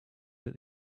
that